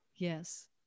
Yes